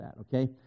okay